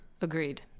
Agreed